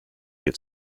get